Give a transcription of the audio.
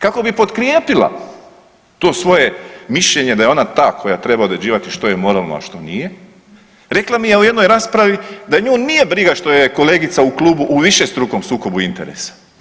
Kako bi potkrijepila tu svoje mišljenje da je ona ta koja treba određivati što je moralno a što nije, rekla mi je u jednoj raspravi da nju nije briga što joj je kolegica u klubu u višestrukom sukobu interesa.